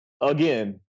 again